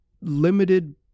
limited